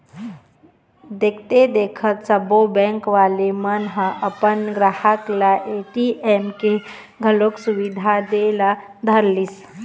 देखथे देखत सब्बो बेंक वाले मन ह अपन गराहक ल ए.टी.एम के घलोक सुबिधा दे बर धरलिस